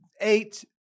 eight